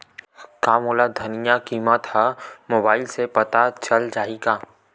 का मोला धनिया किमत ह मुबाइल से पता चल जाही का?